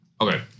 Okay